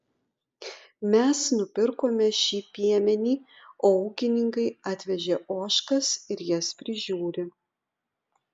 mes nupirkome šį piemenį o ūkininkai atvežė ožkas ir jas prižiūri